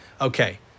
Okay